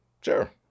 sure